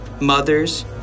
mothers